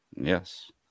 Yes